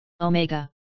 Omega